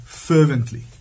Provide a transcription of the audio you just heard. fervently